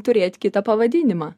turėt kitą pavadinimą